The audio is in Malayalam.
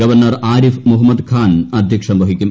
ഗവർണർ ആരിഫ് മുഹമ്മദ് ഖാൻ അധ്യക്ഷ്യം വഹിക്കും